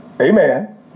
amen